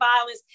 violence